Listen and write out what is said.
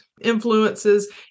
influences